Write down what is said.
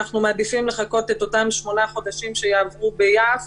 אנחנו מעדיפים לחכות את אותם שמונה חודשים שיעברו ביעף